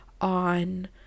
on